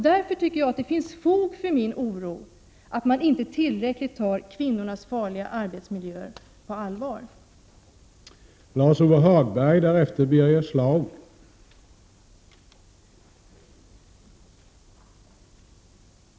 Därför tycker jag att det finns fog för min oro, att man inte tar kvinnornas farliga arbetsmiljöer på tillräckligt allvar.